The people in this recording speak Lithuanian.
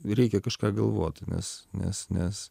reikia kažką galvot nes nes nes